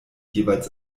jeweils